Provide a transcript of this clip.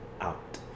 out